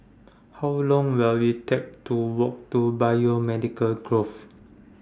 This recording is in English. How Long Will IT Take to Walk to Biomedical Grove